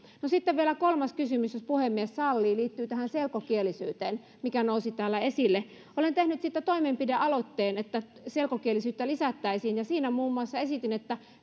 sitten vielä kolmas kysymys jos puhemies sallii joka liittyy tähän selkokielisyyteen mikä nousi täällä esille olen tehnyt toimenpidealoitteen siitä että selkokielisyyttä lisättäisiin siinä muun muassa esitin että